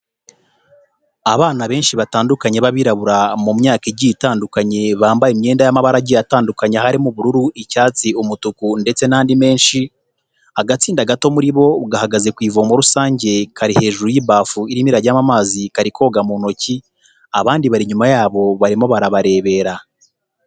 Abana benshi batandukanye b'abirabura mu myaka igiye itandukanye bambaye imyenda y'amabara agiye atandukanye harimo ubururu, icyatsi, umutuku ndetse n'andi menshi, agatsinda gato muri bo gahagaze ku ivomo rusange kari hejuru y'ibafu irimo irajya mo amazi kari koga mu ntoki, abandi bari inyuma yabo barimo barabarebera.